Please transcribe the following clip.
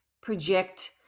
project